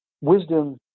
wisdom